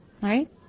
right